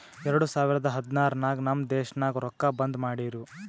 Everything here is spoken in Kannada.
ಎರಡು ಸಾವಿರದ ಹದ್ನಾರ್ ನಾಗ್ ನಮ್ ದೇಶನಾಗ್ ರೊಕ್ಕಾ ಬಂದ್ ಮಾಡಿರೂ